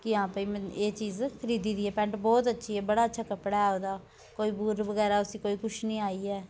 कि हां भाई में एह् चीज़ खरीदी दी ऐ पैंट बोह्त अच्छी ऐ बड़ा अच्छा कपड़ा ऐ ओह्दा कोई बुर बगैरा उसी कोई कुछ नी आई ऐ